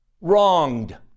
wronged